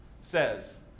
says